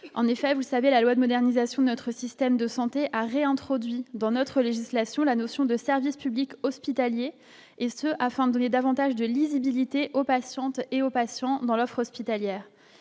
en effet, vous savez, la loi de modernisation de notre système de santé a réintroduit dans notre législation, la notion de service public hospitalier et ce afin donner davantage de lisibilité aux patientes et aux patients dans l'offre hospitalière,